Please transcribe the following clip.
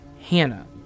Hannah